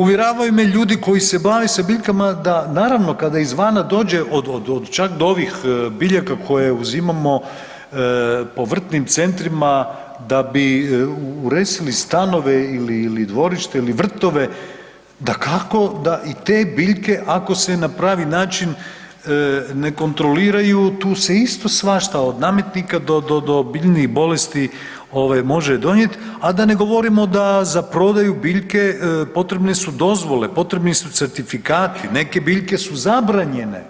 Uvjeravaju me ljudi koji se bave sa biljkama da, naravno kada izvana dođe, čak do ovih biljaka koje uzimamo po vrtnim centrima, da bi uresili stanove ili dvorište ili vrtove, dakako da i te biljke, ako se na pravi način ne kontroliraju, tu se isto svašta, od nametnika do biljnih bolesti može donijeti, a da ne govorimo da za prodaju biljke potrebne su dozvole, potrebni su certifikati, neke biljke su zabranjene